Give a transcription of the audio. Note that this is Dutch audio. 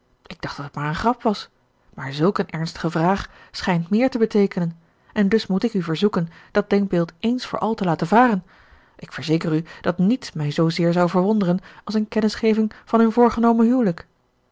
ik dacht dat het maar een grap was maar zulk een ernstige vraag schijnt méér te beteekenen en dus moet ik u verzoeken dat denkbeeld eens voor al te laten varen ik verzeker u dat niets mij zoozeer zou verwonderen als een kennisgeving van hun voorgenomen huwelijk